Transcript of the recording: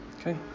Okay